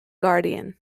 guardian